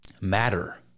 matter